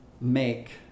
make